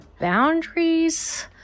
boundaries